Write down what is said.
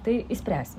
tai išspręsim